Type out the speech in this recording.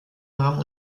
nahm